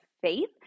faith